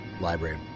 library